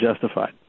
justified